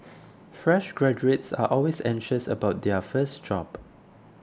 fresh graduates are always anxious about their first job